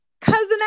Cousin